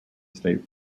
state